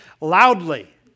loudly